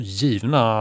givna